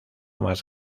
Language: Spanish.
más